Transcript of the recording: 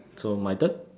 so my turn